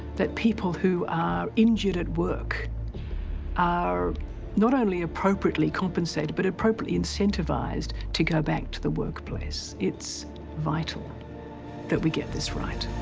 that people who are injured at work are not only appropriately compensated but appropriately incentivised to go back to the workplace. it's vital that we get this right.